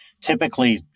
typically